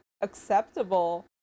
acceptable